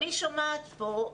אני שומעת פה,